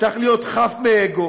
צריך להיות חף מאגו